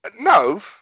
no